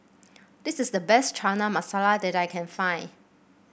this is the best Chana Masala that I can find